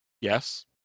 Yes